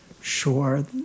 Sure